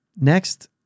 Next